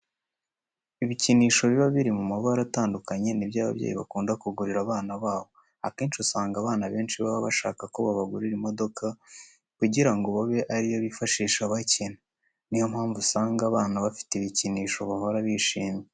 Ibikinisho biba biri mu mabara atandukanye ni byo ababyeyi bakunda kugurira abana babo. Akenshi usanga abana benshi baba bashaka ko babagurira imodoka kugira ngo babe ari yo bifashisha bakina. Ni yo mpamvu usanga abana bafite ibikinisho bahora bishimye.